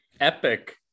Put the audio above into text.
epic